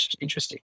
interesting